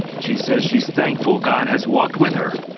she says she is thankful god has walked with her,